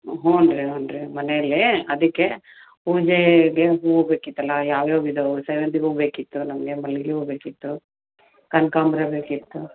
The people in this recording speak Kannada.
ಹ್ಞೂ ರೀ ಹ್ಞೂ ರೀ ಮನೆಯಲ್ಲೇ ಅದಕ್ಕೆ ಪೂಜೆಗೆ ಹೂ ಬೇಕಿತ್ತಲ್ಲ ಯಾವ್ಯಾವ ಇದಾವೆ ಸೇವಂತಿಗೆ ಹೂ ಬೇಕಿತ್ತು ನಮಗೆ ಮಲ್ಲಿಗೆ ಹೂ ಬೇಕಿತ್ತು ಕನಕಾಂಬ್ರ ಬೇಕಿತ್ತು